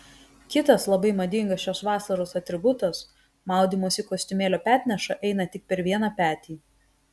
kitas labai madingas šios vasaros atributas maudymosi kostiumėlio petneša eina tik per vieną petį